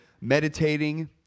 meditating